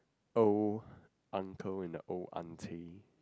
old uncle with the old aunty